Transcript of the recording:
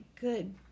good